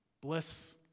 Bless